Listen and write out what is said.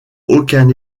aucun